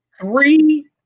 three